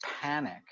panic